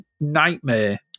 nightmare